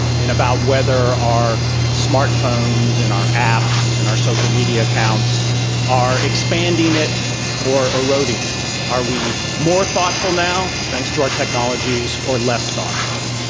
and about whether our smartphones, and our apps, and our social media accounts are expanding it or eroding it. are we more thoughtful now, thanks to our technologies, or less thoughtful?